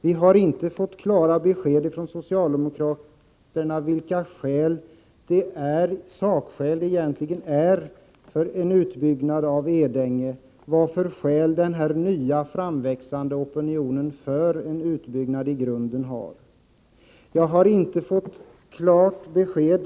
Vi har inte fått klara besked från socialdemokraterna vilka sakskäl som skulle finnas för en utbyggnad av Edänge, vilka skäl den här framväxande opinionen - som Oskar Lindkvist talar om — för en utbyggnad i grunden kan anföra.